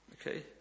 okay